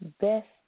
best